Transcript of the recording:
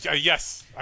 yes